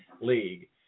league